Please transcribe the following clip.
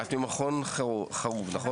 אתם מכון חרוב, נכון?